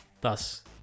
thus